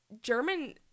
German